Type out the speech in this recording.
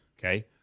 Okay